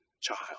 Child